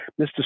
Mr